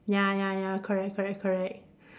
ya ya ya correct correct correct